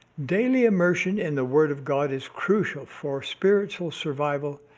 daily immersion in the word of god is crucial for spiritual survival,